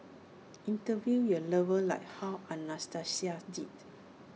interview your lover like how Anastasia did